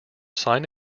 sign